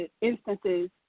instances